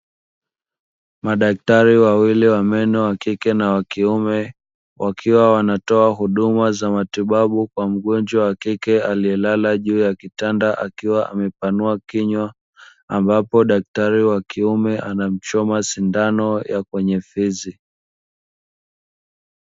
Madaktari wawili wa meno, wa kike na wa kiume wakiwa wanatoa huduma za matibabu kwa mgonjwa wa kike aliyelala juu ya kitanda, akiwa amepanua kinywa ambapo daktari wa kiume anamchoma sindano ya kwenye fizi.